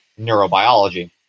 neurobiology